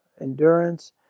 endurance